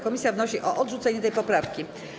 Komisja wnosi o odrzucenie tej poprawki.